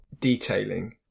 detailing